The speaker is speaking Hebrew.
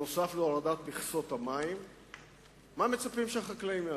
נוסף על הורדת מכסות המים? מה מצפים שהחקלאים יעשו?